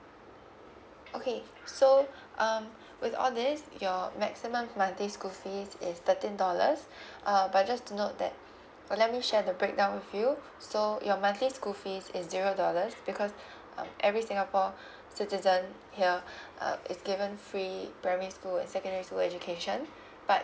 okay so um with all these your maximum monthly school fees is thirteen dollars uh but just to note that or let me share the breakdown with you so your monthly school fees is zero dollars because uh every singapore citizen here uh is given free primary school and secondary school education but